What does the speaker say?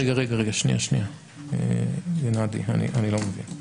שנייה, גנאדי, אני לא מבין.